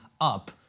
up